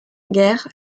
guerre